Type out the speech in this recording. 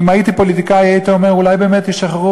אם הייתי פוליטיקאי הייתי אומר: אולי באמת ישחררו